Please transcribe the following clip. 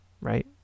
right